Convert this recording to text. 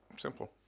Simple